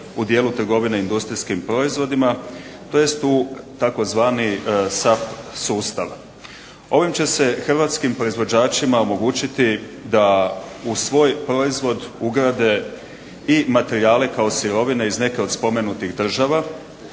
u dijelu trgovine industrijskim proizvodima tj. u tzv. SAP sustav. Ovim će se hrvatskim proizvođačima omogućiti da u svoj proizvod ugrade i materijale kao sirovine iz nekih od spomenutih država,